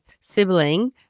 sibling